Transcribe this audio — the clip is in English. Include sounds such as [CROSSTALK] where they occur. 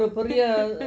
[LAUGHS]